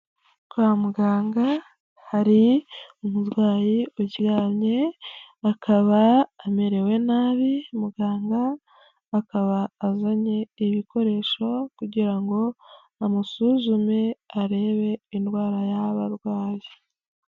Kwa muganga hari umurwayi uryamye, akaba amerewe nabi, muganga akaba azanye ibikoresho kugira ngo amusuzume arebe indwara yaba abarwayi.